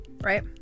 Right